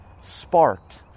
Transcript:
sparked